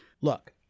Look